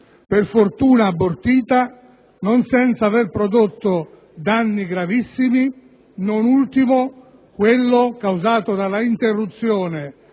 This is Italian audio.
per fortuna abortita, non senza aver prodotto danni gravissimi, non ultimo quello causato dall'interruzione